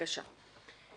בבקשה.